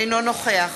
אינו נוכח